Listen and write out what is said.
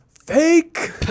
fake